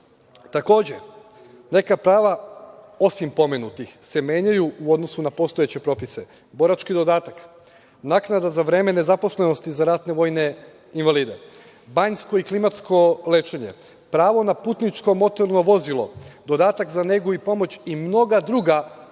vožnju. Takođe, neka prava, osim pomenutih, se menjaju u odnosu na postojeće propise, borački dodatak, naknada za vreme nezaposlenosti za ratne vojne invalide, banjsko i klimatsko lečenje, pravo na putničko motorno vozilo, dodatak za negu i pomoć i mnoga druga